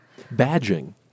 Badging